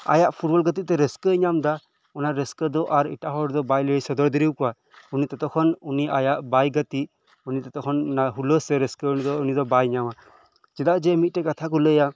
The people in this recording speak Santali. ᱟᱭᱟᱜ ᱯᱷᱩᱴᱵᱚᱞ ᱜᱟᱛᱮᱜ ᱛᱮ ᱨᱟᱹᱥᱠᱟᱹᱭ ᱧᱟᱢ ᱮᱫᱟ ᱚᱱᱟ ᱨᱟᱹᱥᱠᱟᱹ ᱫᱚ ᱟᱨ ᱮᱴᱟᱜ ᱦᱚᱲ ᱫᱚ ᱵᱟᱭ ᱞᱟᱹᱭ ᱥᱚᱫᱚᱨ ᱫᱟᱲᱮ ᱠᱚᱣᱟ ᱩᱱᱤ ᱫᱚ ᱛᱚᱠᱷᱚᱱ ᱟᱭᱟᱜ ᱵᱟᱭ ᱜᱟᱛᱮᱜ ᱩᱱᱤ ᱫᱚ ᱛᱚᱠᱷᱚᱱ ᱚᱱᱟ ᱦᱩᱞᱟᱹᱥ ᱥᱮ ᱨᱟᱹᱥᱠᱟᱹ ᱩᱱᱤ ᱫᱚ ᱵᱟᱭ ᱧᱟᱢᱟ ᱪᱮᱫᱟᱜ ᱡᱮ ᱢᱤᱫ ᱴᱮᱱ ᱠᱟᱛᱷᱟ ᱠᱚ ᱞᱟᱹᱭᱟ